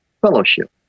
Fellowship